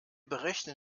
berechnen